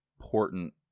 important